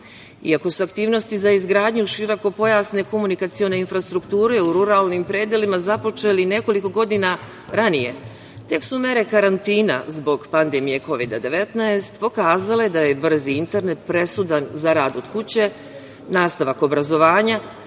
su aktivnosti za izgradnju širokopojasne komunikacione infrastrukture u ruralnim predelima započeli nekoliko godina ranije, tek su mere karantina zbog pandemije Kovida – 19 pokazale da je brzi internet presudan za rad od kuće, nastavak obrazovanja,